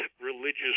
religious